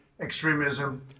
extremism